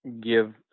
give